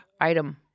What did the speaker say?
item